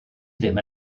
ddim